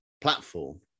platform